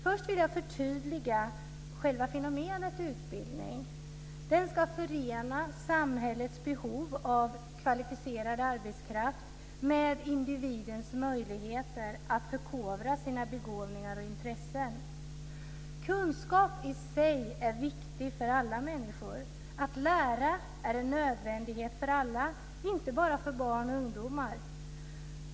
Först vill jag förtydliga själva fenomenet utbildning. Den ska förena samhällets behov av kvalificerad arbetskraft med individens möjligheter att förkovra sina begåvningar och intressen. Kunskap i sig är viktig för alla människor. Att lära är en nödvändighet för alla, inte bara för barn och ungdomar.